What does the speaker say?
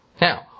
Now